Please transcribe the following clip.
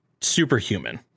superhuman